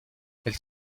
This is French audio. elle